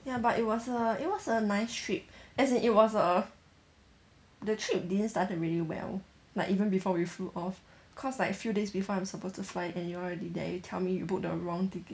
ya but it was a it was a nice trip as in it was a the trip didn't started really well like even before we flew off cause like few days before I'm supposed to fly and you all already there you tell me you booked the wrong ticket